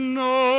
no